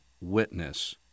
witness